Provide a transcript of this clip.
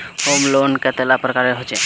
Home loan कतेला प्रकारेर होचे?